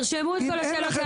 תרשמו את כל השאלות.